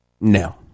no